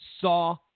saw